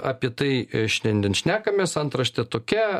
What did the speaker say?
apie tai šiandien šnekamės antraštė tokia